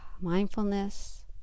mindfulness